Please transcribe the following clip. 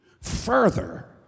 further